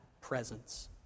presence